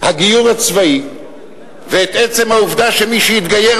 הגיור הצבאי ואת עצם העובדה שמי שהתגייר